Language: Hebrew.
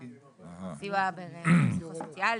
כמו הסיוע סוציאלי,